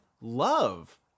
love